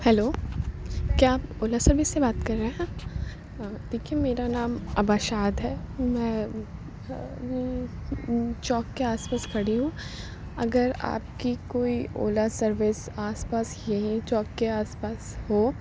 hello کیا آپ Ola service سے بات کر رہے ہیں دیکھیے میرا نام عبا شاد ہے میں چوک کے آس پاس کھڑی ہوں اگر آپ کی کوئی اولا سروس آس پاس یہیں چوک کے آس پاس ہو